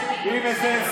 אין כלום.